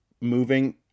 moving